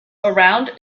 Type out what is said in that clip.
around